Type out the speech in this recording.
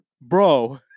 Bro